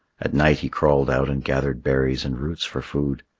at night he crawled out and gathered berries and roots for food.